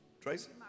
Tracy